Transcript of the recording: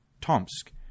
Tomsk